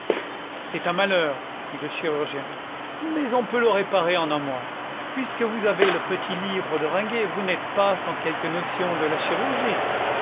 c'est un malheur dit le chirurgien mais on peut le réparer en un mois puisque vous avez le petit livre de ringuet vous n'êtes pas sans quelque notion de la chirurgie